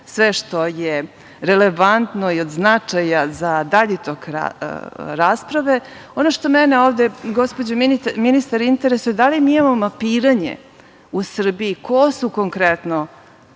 sve što je relevantno i od značaja za dalji tok rasprave, ono što mene ovde, gospođo ministar, interesuje - da li mi imamo mapiranje u Srbiji ko su konkretno